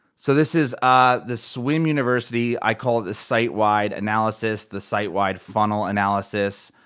so this is ah the swim university, i call it the site-wide analysis, the site-wide funnel analysis.